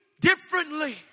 differently